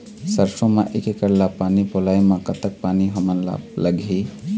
सरसों म एक एकड़ ला पानी पलोए म कतक पानी हमन ला लगही?